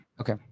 Okay